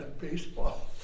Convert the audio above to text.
Baseball